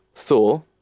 Thor